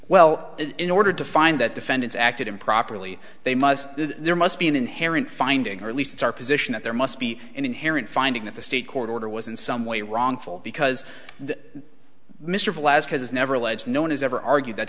well in order to find that defendants acted improperly they must there must be an inherent finding or at least it's our position that there must be an inherent finding that the state court order was in some way wrongful because mr glass has never a